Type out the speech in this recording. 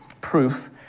proof